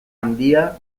handia